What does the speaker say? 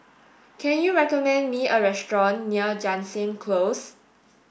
can you recommend me a restaurant near Jansen Close